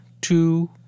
two